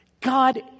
God